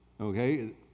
okay